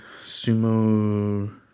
sumo